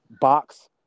box